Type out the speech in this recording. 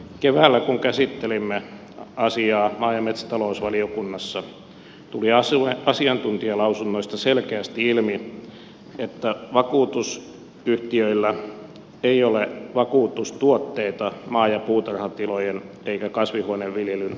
keväällä kun käsittelimme asiaa maa ja metsätalousvaliokunnassa tuli asiantuntijalausunnoista selkeästi ilmi että vakuutusyhtiöillä ei ole vakuutustuotteita maa ja puutarhatilojen eikä kasvihuoneviljelyn vakuuttamiseksi